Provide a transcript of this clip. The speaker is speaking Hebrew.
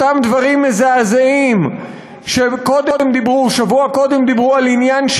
אותם דברים מזעזעים ששבוע קודם דיברו עליהם,